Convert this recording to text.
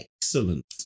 excellent